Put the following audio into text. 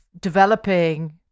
developing